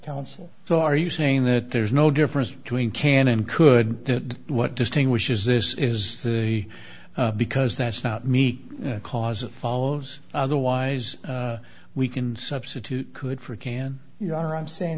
counsel so are you saying that there's no difference between can and could that what distinguishes this is a because that's not meat because it follows otherwise we can substitute could for can you are i'm saying